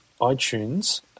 iTunes